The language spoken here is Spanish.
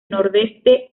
nordeste